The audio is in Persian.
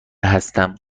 هستم